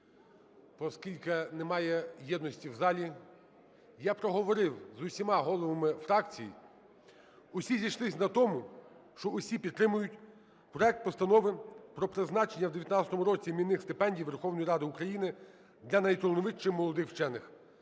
оскільки немає єдності в залі. Я проговорив з усіма головами фракцій, усі зійшлися на тому, що всі підтримують проект Постанови про призначення у 2019 році іменних стипендій Верховної Ради України для найталановитіших молодих вчених.